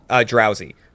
Drowsy